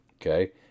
Okay